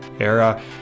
era